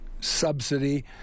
subsidy